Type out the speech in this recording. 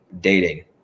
dating